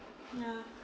yeah